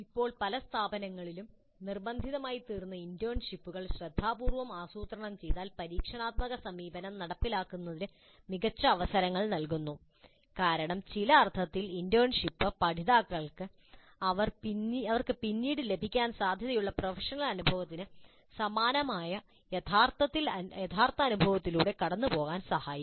ഇപ്പോൾ പല സ്ഥാപനങ്ങളിലും നിർബന്ധിതമായിത്തീർന്ന ഇന്റേൺഷിപ്പുകൾ ശ്രദ്ധാപൂർവ്വം ആസൂത്രണം ചെയ്താൽ പരീക്ഷണാത്മക സമീപനം നടപ്പിലാക്കുന്നതിന് മികച്ച അവസരങ്ങൾ നൽകുന്നു കാരണം ചില അർത്ഥത്തിൽ ഇന്റേൺഷിപ്പ് പഠിതാക്കൾക്ക് അവർക്ക് പിന്നീട് യഥാർത്ഥത്തിൽ ലഭിക്കാൻ സാധ്യതയുള്ള പ്രൊഫഷണൽ അനുഭവത്തിന് സമാനമായ അനുഭവത്തിലൂടെ കടന്നുപോകാൻ സഹായിക്കും